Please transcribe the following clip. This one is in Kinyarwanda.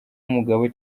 umugabo